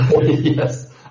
Yes